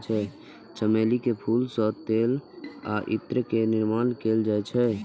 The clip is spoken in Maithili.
चमेली के फूल सं तेल आ इत्र के निर्माण कैल जाइ छै